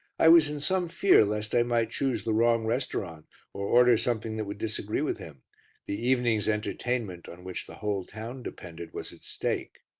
i was in some fear lest i might choose the wrong restaurant or order something that would disagree with him the evening's entertainment, on which the whole town depended, was at stake.